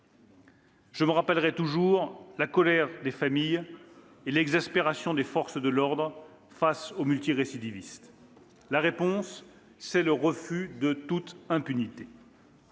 Je me rappellerai toujours la colère des familles et l'exaspération des forces de l'ordre, face aux multirécidivistes. « La réponse, c'est le refus de l'impunité.